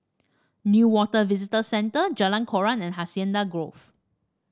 Newater Visitor Centre Jalan Koran and Hacienda Grove